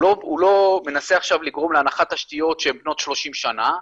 הוא לא מנסה עכשיו לגרום להנחת תשתיות שהן בנות 30 שנה,